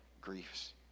griefs